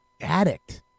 addict